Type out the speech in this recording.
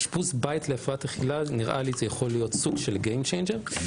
אשפוז בית להפרעת אכילה נראה שהוא יכול להיות סוג של game changer.